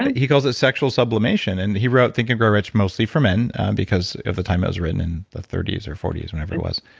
he calls it sexual so and he wrote think and grow rich mostly for men because of the time it was written, in the thirty s or forty s, whenever it was.